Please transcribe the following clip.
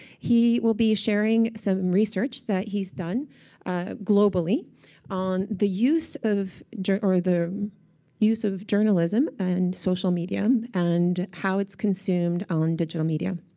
he will be sharing some research that he's done globally on the use of or the use of journalism and social media and how it's consumed on digital media.